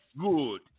Good